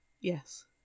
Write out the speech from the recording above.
Yes